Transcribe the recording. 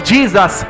Jesus